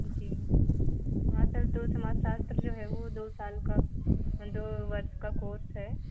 जी हाँ सर तो समाज शास्त्र जो है वह दो साल का दो वर्ष का कोर्स है